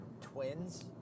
twins